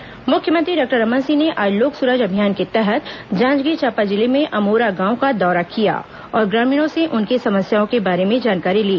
लोक सुराज अभियान मुख्यमंत्री डॉक्टर रमन सिंह ने आज लोक सुराज अभियान के तहत जांजगीर चांपा जिले में अमोरा गांव का दौरा ॅकिया और ग्रामीणों से उनकी समस्याओं के बारे में जानकारी ली